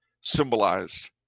symbolized